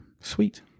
Sweet